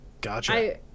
gotcha